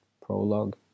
prologue